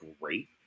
great